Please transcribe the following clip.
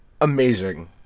amazing